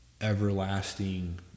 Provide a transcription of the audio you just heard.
everlasting